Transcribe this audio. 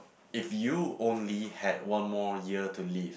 if you only had one more year to live